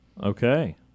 Okay